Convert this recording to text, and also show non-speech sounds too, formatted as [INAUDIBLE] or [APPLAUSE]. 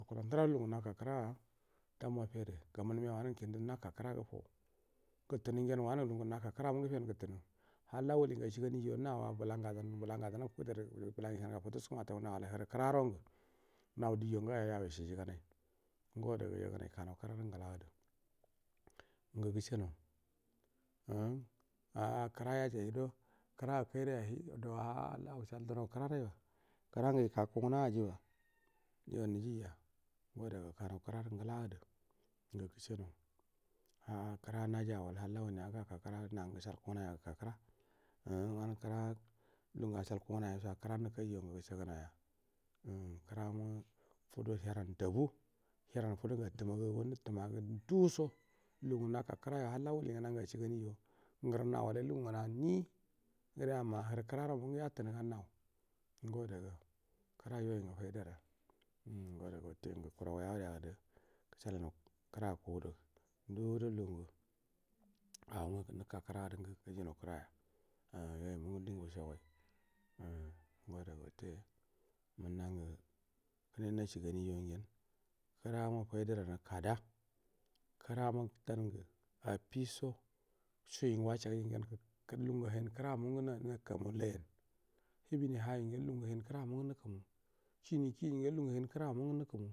Ga ndura da lugangu naka kra dam ma fide ga mu nu miya wanun gu kindu naka nra gu fau gutunu ngen wanun ngel lu gen ngel naka kra mungel gufe nu gutu nel halla wulingu ashi gani jo nau wa bula nga dan bula nga dan na fuderu bulangu ishenu gu fataskam atau yo yau isiji ganai ngo ada ga yegg unai kanau kra ru ngula gudu ngu gushe nau umm ukra ga do krakai rai ahi do aa halla wushi dun okra rai kra ngu ika kungu na aji bay o juji ja ngo da ga kanau kra do ngu laru gadu ngu gusnau aa kran aji au wai halla [UNINTELLIGIBLE] nan gu gushad kung u nay a ba guka kra umm wanu kra lugun ashal kungu na yasho wo kranu kaija ngu gasha gu nau ya umm kra mashod hiyara da bu hiran fadan gu atu magagu nutu magu [NOISE] ndusho lugun gun aka kro yo halla wuli nguna ngu ashi gani jo nguru na wal jo lugu ngu nanni gure amma huru kraro mungu tatu nu ga nau ngo ada ga kra yo in gu daida ran umm ngo ada ga watte ngu kara goi awaruyar do gusha lai nau kra a kura goi aworuyar do gusha lainau kra a kudu ndul do lugun gel ago nga nuka kra du ngel gaja nau kra ya amm yoi mungu din ga wushe goi umm ngo aada ga wutte mu mangu kine nashi ga ni jan ngen kra ma decida ran ma kada kra madan nga affiso sui ngu washa guy o ngen lugan gu hai in kra mun gu nu nuku mu laiyan hibini hayo ngen lugun gu harn kra mu nu kumu shini kingen luga ngu hain kra mungu nukumu.